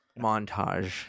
montage